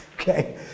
okay